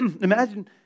imagine